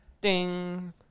Ding